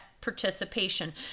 participation